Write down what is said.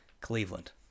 Cleveland